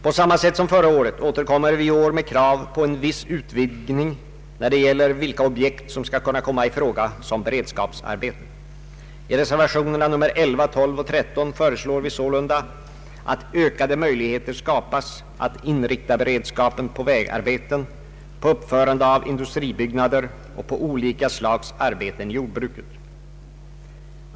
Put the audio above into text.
På samma sätt som förra året återkommer vi i år med krav på en viss utvidgning när det gäller de objekt som skall kunna komma i fråga som beredskapsarbeten. I reservationerna nr 11, 12 och 13 föreslår vi sålunda att ökade möjligheter skapas att inrikta beredskapen på vägarbeten, på uppförande av industribyggnader och på olika slags arbeten i jordbruket.